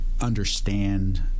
understand